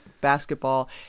basketball